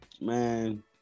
Man